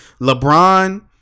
LeBron